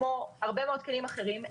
כמו הרבה מאוד כלים אחרים,